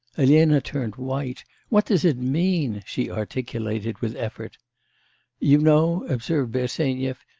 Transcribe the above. elena turned white. what does it mean she articulated with effort you know observed bersenyev,